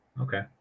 Okay